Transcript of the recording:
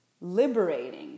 liberating